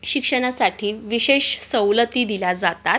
शिक्षणासाठी विशेष सवलती दिल्या जातात